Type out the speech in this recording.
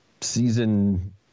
season